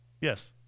Yes